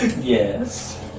Yes